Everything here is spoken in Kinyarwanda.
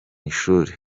ishuri